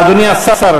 אדוני השר,